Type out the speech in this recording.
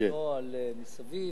לא על מסביב.